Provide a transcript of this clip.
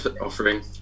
offering